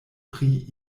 pri